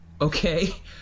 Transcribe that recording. Okay